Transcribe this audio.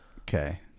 Okay